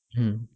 mmhmm